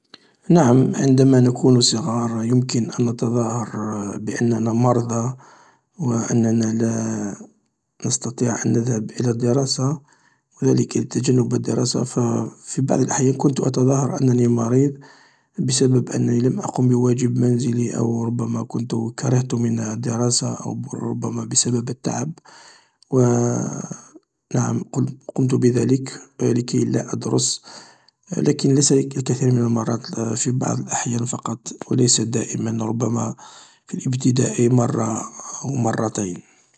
نعم عندما نكون صغار يمكن أن نتظاهر بأننا مرضى و أننا لا نستطيع أن نذهب ألى الدراسة و ذلك لتجنب الدراسة, ف في بعض الأحيان كنت أتظاهر أنني مريض بسبب أنني لم أقم بواجب منزلي أو ربما كمن كرهت من الدراسة أو ربما بسبب التعب و نعم قمت بذلك لكي لا أدرس, لكن ليس للكثير من المرات في بعض الأحيان فقط و ليس دائما ربما في ألابتداي مرة أو مرتين.